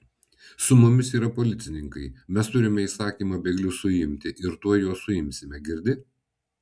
su mumis yra policininkai mes turime įsakymą bėglius suimti ir tuoj juos suimsime girdi